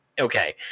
Okay